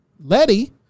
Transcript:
Letty